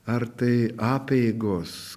ar tai apeigos